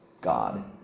God